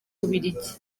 bubiligi